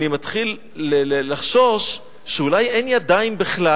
אני מתחיל לחשוש שאולי אין ידיים בכלל.